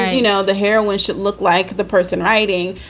you know, the heroine should look like the person writing,